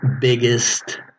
biggest